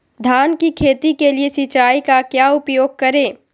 धान की खेती के लिए सिंचाई का क्या उपयोग करें?